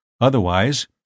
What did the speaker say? Otherwise